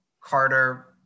Carter